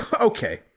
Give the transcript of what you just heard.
Okay